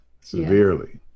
Severely